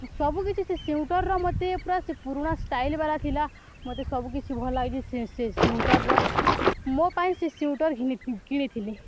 ସବୁକିଛି ସେ ସିଉଟର୍ର ମୋତେ ପୁରା ସେ ପୁରୁଣା ଷ୍ଟାଇଲ୍ ବାଲା ଥିଲା ମୋତେ ସବୁକିଛି ଭଲ ଲାଗିଛି ସେ ସେ ସିଉଟର୍ର ମୋ ପାଇଁ ସେ ସିଉଟର୍ କିଣିଥିଲି